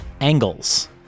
angles